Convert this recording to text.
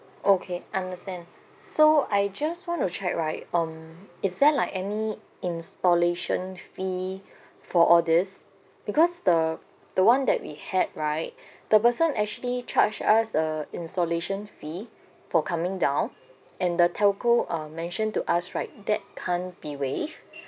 okay understand so I just want to check right um is there like any installation fee for all these because the the [one] that we had right the person actually charged us a installation fee for coming down and the telco um mentioned to us right that can't be waived